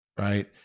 right